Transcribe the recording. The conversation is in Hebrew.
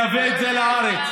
ולייבא את זה לארץ.